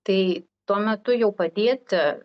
tai tuo metu jau padėti